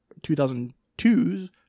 2002's